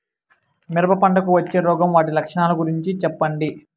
మిరప పంటకు వచ్చే రోగం వాటి లక్షణాలు గురించి చెప్పండి?